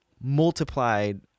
multiplied